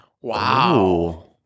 Wow